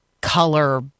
color